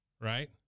right